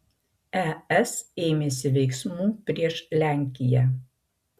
es ėmėsi veiksmų prieš lenkiją